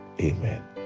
amen